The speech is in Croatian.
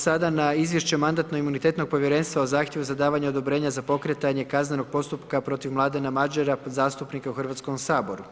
sada na Izvješće Mandatno-imunitetnog povjerenstva o Zahtjevu za davanje odobrenja za pokretanje kaznenog postupka protiv Mladena Madjera zastupnika u Hrvatskom saboru.